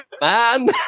Man